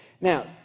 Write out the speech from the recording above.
Now